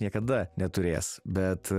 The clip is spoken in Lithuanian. niekada neturės bet